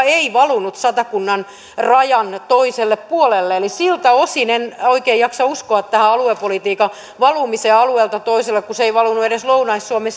ei valunut satakunnan rajan toiselle puolelle eli siltä osin en oikein jaksa uskoa tähän aluepolitiikan valumiseen alueelta toiselle kun se ei valunut edes lounais suomen